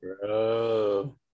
Bro